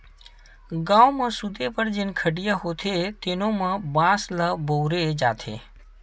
गाँव म सूते बर जेन खटिया होथे तेनो म बांस ल बउरे जाथे